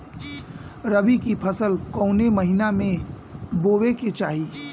रबी की फसल कौने महिना में बोवे के चाही?